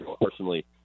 personally